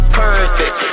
perfect